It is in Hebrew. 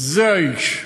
זה האיש.